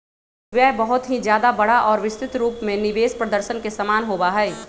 कुछ व्यय बहुत ही ज्यादा बड़ा और विस्तृत रूप में निवेश प्रदर्शन के समान होबा हई